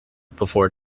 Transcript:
before